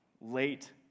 late